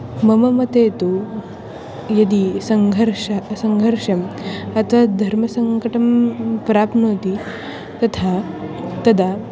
मम मते तु यदि सङ्घर्षं सङ्घर्षम् अथ धर्मसङ्कटं प्राप्नोति तथा तदा